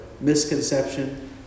misconception